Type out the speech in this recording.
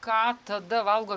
ką tada valgo